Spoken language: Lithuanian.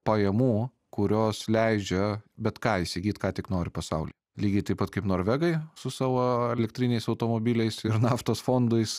pajamų kurios leidžia bet ką įsigyt ką tik nori pasauly lygiai taip pat kaip norvegai su savo elektriniais automobiliais ir naftos fondais